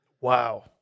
Wow